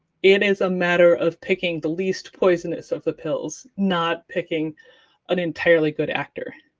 it is a matter of picking the least poisonous of the pills, not picking an entirely good actor.